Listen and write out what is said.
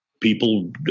people